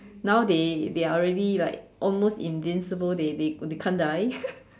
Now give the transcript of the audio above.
now they they are already like almost invincible they they can't die